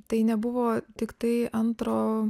tai nebuvo tiktai antro